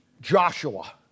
Joshua